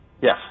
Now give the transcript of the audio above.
Yes